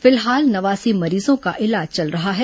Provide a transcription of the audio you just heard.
फिलहाल नवासी मरीजों का इलाज चल रहा है